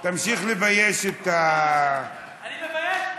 תמשיך לבייש את, אני מבייש?